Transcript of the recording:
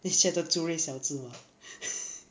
你觉得 zirui 小只 mah